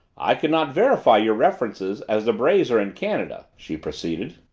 i could not verify your references as the brays are in canada she proceeded.